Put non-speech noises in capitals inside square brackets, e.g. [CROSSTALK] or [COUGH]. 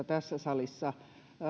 [UNINTELLIGIBLE] tässä salissa